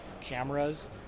cameras